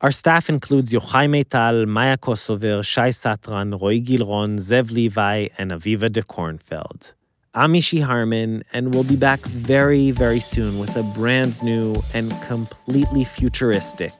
our staff includes yochai maital, maya kosover, shai satran, roee gilron, zev levi and aviva dekornfeld i'm mishy harman, and we'll be back very very soon with a brand new and completely futuristic